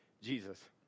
Jesus